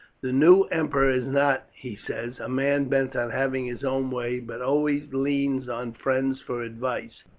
the new emperor is not, he says, a man bent on having his own way, but always leans on friends for advice,